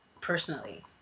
personally